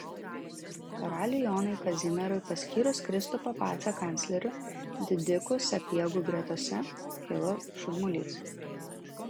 karaliui jonui kazimierui paskyrus kristupą pacą kancleriu didikų sapiegų gretose kilo šurmulys